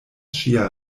ŝia